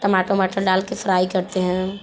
टमाटर मटर डाल के फ्राई करते हैं